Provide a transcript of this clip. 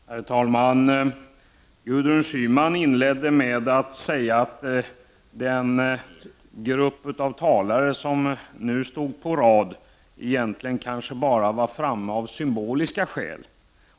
Herr talman! Gudrun Schyman inledde sitt anförande med att säga att den grupp talare som nu stod på rad egentligen kanske deltog i debatten bara av symboliska skäl.